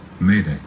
mayday